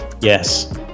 Yes